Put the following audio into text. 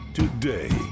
today